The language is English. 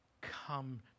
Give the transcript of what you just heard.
come